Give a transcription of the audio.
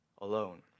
alone